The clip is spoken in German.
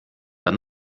dann